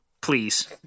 please